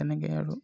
তেনেকৈ আৰু